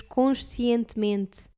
conscientemente